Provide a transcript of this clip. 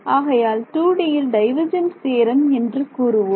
ஆகையால் 2Dயில் divergence theorem என்று கூறுவோம்